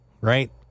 right